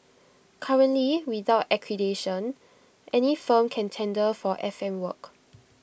currently without accreditation any firm can tender for F M work